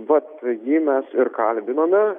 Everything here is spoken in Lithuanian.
vat jį mes ir kalbinome